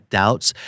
doubts